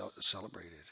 celebrated